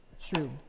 true